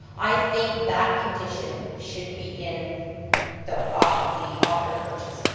i think that condition should be in the ah the offer to purchase.